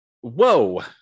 Whoa